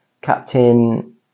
Captain